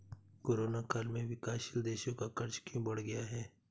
Corona काल में विकासशील देशों का कर्ज क्यों बढ़ गया है?